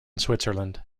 switzerland